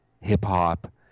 hip-hop